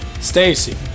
Stacy